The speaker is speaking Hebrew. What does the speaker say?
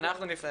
אנחנו נפנה.